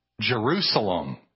Jerusalem